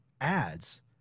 Ads